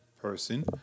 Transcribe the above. person